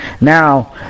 Now